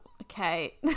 okay